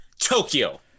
Tokyo